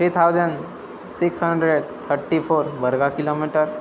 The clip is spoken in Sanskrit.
three thousand six hundred thirty four वर्ग किलो मिटर्